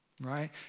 right